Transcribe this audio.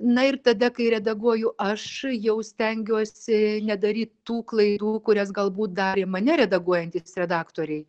na ir tada kai redaguoju aš jau stengiuosi nedaryt tų klaidų kurias galbūt darė mane redaguojantys redaktoriai